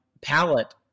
palette